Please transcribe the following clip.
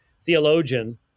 theologian